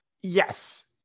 Yes